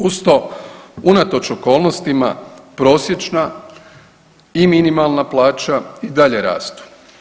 Uz to unatoč okolnostima prosječna i minimalna plaća i dalje rastu.